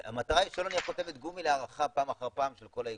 המטרה היא שלא נהיה חותמת גומי להארכה פעם אחר פעם של כל האיכונים.